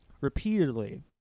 repeatedly